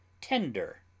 Tender